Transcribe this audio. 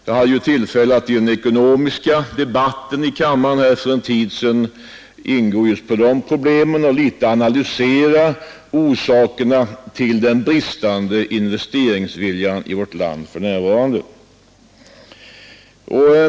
Jag hade tillfälle att i den ekonomiska debatten här i kammaren för en tid sedan gå in på dessa problem och något analysera orsakerna till den bristande investeringsviljan i vårt land för närvarande.